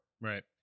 Right